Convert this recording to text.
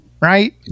right